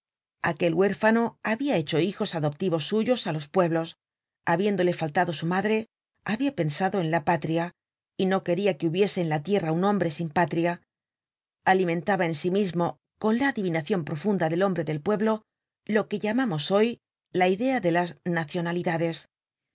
aquel huérfano habia hecho hijos adoptivos suyos á los pueblos habiéndole faltado su madre habia pensado en la patria y no queria que hubiese en la tierra un hombre sin patria alimentaba en sí mismo con la adivinacion profunda del hombre del pueblo lo que llamamos hoy la idea de las nacionalidades